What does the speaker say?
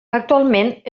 actualment